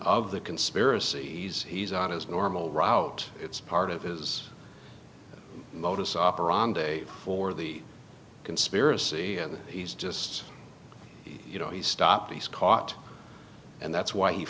of the conspiracy he's on his normal route it's part of his modus operandi for the conspiracy and he's just you know he's stopped he's caught and that's why